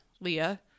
Leah